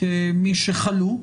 כמי שחלו,